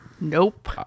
Nope